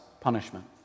punishment